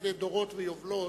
לפני דורות ויובלות,